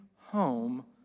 home